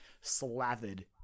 slathered